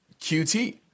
QT